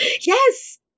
Yes